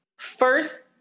First